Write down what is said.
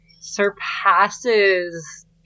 surpasses